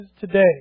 today